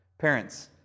Parents